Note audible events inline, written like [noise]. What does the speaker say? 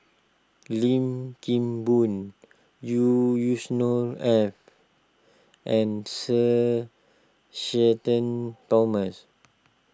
Lim Kim Boon [unintelligible] Yusnor Ef and Sir Shenton Thomas